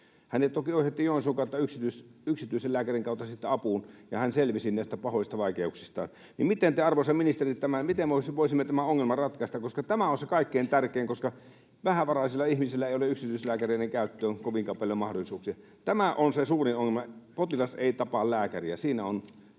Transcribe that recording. Hänet toki ohjattiin sitten Joensuun kautta, yksityisen lääkärin kautta apuun, ja hän selvisi niistä pahoista vaikeuksista. Miten te, arvoisa ministeri, miten voisimme tämän ongelman ratkaista, koska tämä on se kaikkein tärkein, koska vähävaraisilla ihmisillä ei ole yksityislääkäreiden käyttöön kovinkaan paljon mahdollisuuksia? Tämä on se suurin ongelma: potilas ei tapaa lääkäriä.